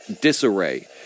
disarray